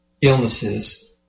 illnesses